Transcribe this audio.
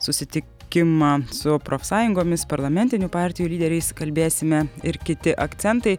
susitikimą su profsąjungomis parlamentinių partijų lyderiais kalbėsime ir kiti akcentai